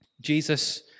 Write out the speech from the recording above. Jesus